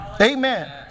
Amen